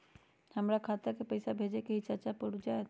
हमरा खाता के पईसा भेजेए के हई चाचा पर ऊ जाएत?